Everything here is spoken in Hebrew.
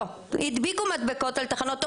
הדביקו מדבקות על תחנות אוטובוס,